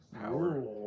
power